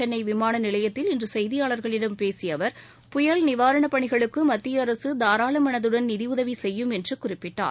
சென்னவிமானநிலையத்தில் இன்றுசெய்தியாளர்களிடம் பேசியஅவர் புயல் நிவாரணப் பணிகளுக்குமத்தியஅரசுதாராளமனதுடன் நிதிஉதவிசெய்யும் என்றுகுறிப்பிட்டார்